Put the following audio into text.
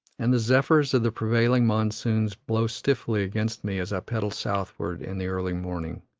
and the zephyrs of the prevailing monsoons blow stiffly against me as i pedal southward in the early morning.